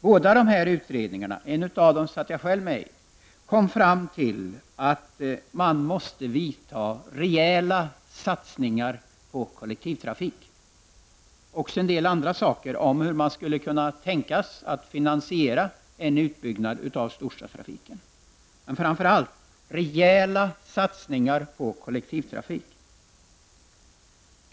Båda dessa utredningar -- en av dem satt jag själv med i -- kom fram till att man måste vidta rejäla satsningar på kollektivtrafiken och en del andra saker om hur man kan tänkas finansiera en utbyggnad av storstadstrafiken. Det viktigaste var således rejäla satsningar på kollektivtrafik.